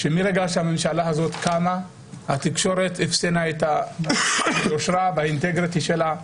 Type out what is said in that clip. שמרגע שהממשלה הזאת קמה התקשורת אפסנה את היושרה והאינטגריטי שלה,